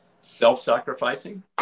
Self-sacrificing